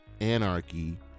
Anarchy